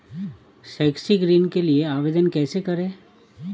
शैक्षिक ऋण के लिए आवेदन कैसे करें?